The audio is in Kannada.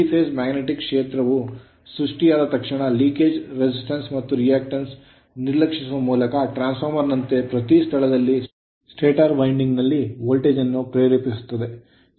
3 phase magnetic ಕ್ಷೇತ್ರವು ಸೃಷ್ಟಿಯಾದ ತಕ್ಷಣ leakage resistance ಮತ್ತು reactance ನಿರ್ಲಕ್ಷಿಸುವ ಮೂಲಕ ಟ್ರಾನ್ಸ್ ಫಾರ್ಮರ್ ನಂತೆ ಪ್ರತಿ ಸ್ಥಳದಲ್ಲಿ ಸ್ಟಾಟರ್ ವೈಂಡಿಂಗ್ ನಲ್ಲಿ ವೋಲ್ಟೇಜ್ ಅನ್ನು ಪ್ರೇರೇಪಿಸಲಾಗುತ್ತದೆ